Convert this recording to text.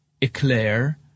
eclair